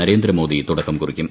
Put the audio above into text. നരേന്ദ്രമോദി തുടക്കം കുറിക്കും